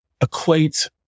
equate